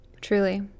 Truly